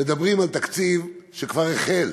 מדברים על תקציב שכבר החל.